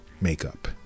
makeup